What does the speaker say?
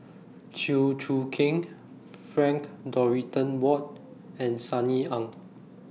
Chew Choo Keng Frank Dorrington Ward and Sunny Ang